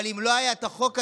אבל אם לא היה את החוק הזה,